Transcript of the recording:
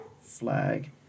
flag